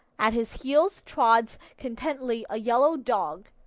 at his heels trots contentedly a yellow dog.